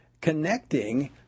connecting